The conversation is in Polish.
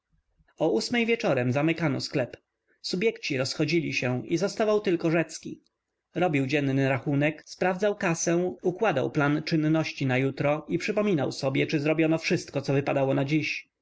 o ósmej wieczorem zamykano sklep subjekci rozchodzili się i zostawał tylko rzecki robił dzienny rachunek sprawdzał kasę układał plan czynności na jutro i przypominał sobie czy zrobiono wszystko co wypadało na dziś